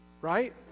right